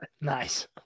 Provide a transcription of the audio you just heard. Nice